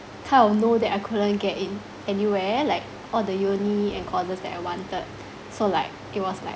kind of know that I couldn't get in anywhere like all the uni and courses that I wanted so like it was like